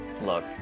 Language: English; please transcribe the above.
Look